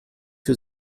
für